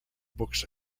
books